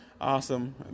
awesome